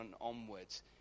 onwards